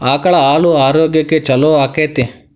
ಆಕಳ ಹಾಲು ಆರೋಗ್ಯಕ್ಕೆ ಛಲೋ ಆಕ್ಕೆತಿ?